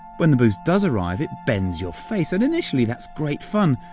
when the boost does arrive, it bends your face. and initially that's great fun.